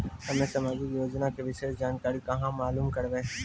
हम्मे समाजिक योजना के विशेष जानकारी कहाँ मालूम करबै?